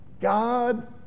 God